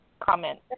comment